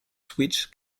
switch